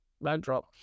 backdrop